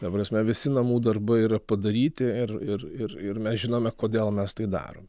ta prasme visi namų darbai yra padaryti ir ir ir ir mes žinome kodėl mes tai darom